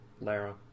Lara